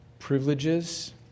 privileges